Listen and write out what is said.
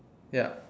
yup